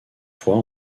fois